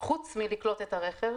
חוץ מלקלוט את הרכב